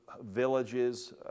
villages